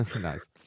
Nice